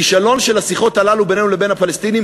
כישלון של השיחות הללו בינינו לבין הפלסטיניים